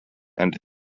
and